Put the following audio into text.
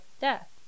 death